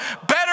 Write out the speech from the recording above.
better